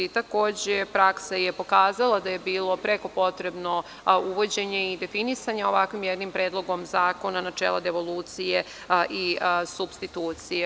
Takođe, praksa je pokazala da je bilo preko potrebno uvođenje i definisanje ovakvim jednim predlogom zakona načela devolucije i supstitucije.